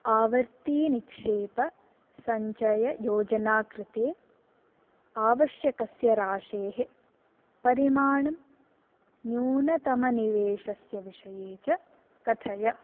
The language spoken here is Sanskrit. आवर्तीनिक्षेपसञ्चययोजना कृते आवश्यकस्य राशेः परिमाणं न्यूनतमनिवेशस्य विषये च कथय